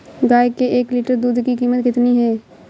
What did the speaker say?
गाय के एक लीटर दूध की कीमत कितनी है?